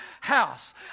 house